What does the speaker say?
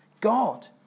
God